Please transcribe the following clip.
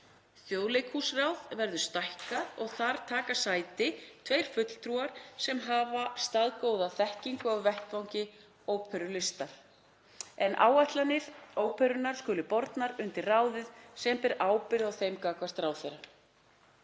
Þjóðleikhúsráð verður stækkað og þar taka sæti tveir fulltrúar sem hafa staðgóða þekkingu af vettvangi óperulistar, en áætlanir óperunnar skulu bornar undir ráðið sem ber ábyrgð á þeim gagnvart ráðherra.